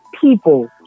people